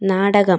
നാടകം